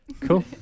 Cool